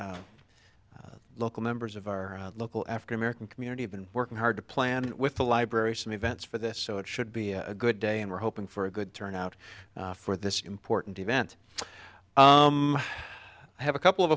crowd local members of our local african american community have been working hard to plan with the library some events for this so it should be a good day and we're hoping for a good turnout for this important event i have a couple of